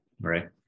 right